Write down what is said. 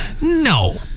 no